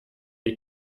die